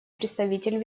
представитель